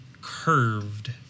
curved